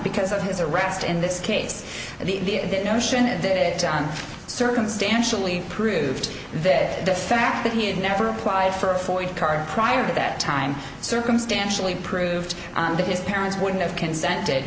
because of his arrest in this case the notion that it circumstantially proved that the fact that he had never applied for a ford car prior to that time circumstantially proved that his parents wouldn't have consented